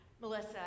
Melissa